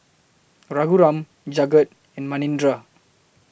Raghuram Jagat and Manindra